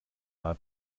mal